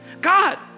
God